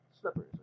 slippers